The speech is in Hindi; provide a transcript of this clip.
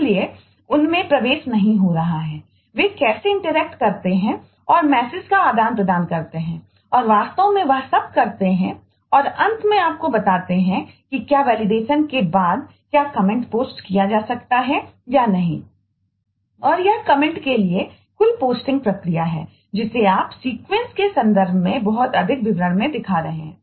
इसलिए उनमें प्रवेश नहीं हो रहा है वे कैसे इंटरेक्ट के संदर्भ में बहुत अधिक विवरण में दिखा रहे हैं